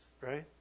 right